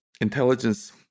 intelligence